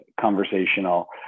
conversational